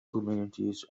communities